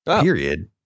period